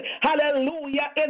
Hallelujah